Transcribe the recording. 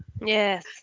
Yes